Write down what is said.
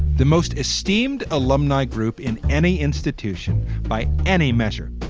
the most esteemed alumni group in any institution by any measure